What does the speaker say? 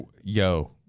Yo